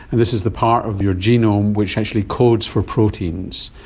and this is the part of your genome which actually codes for proteins,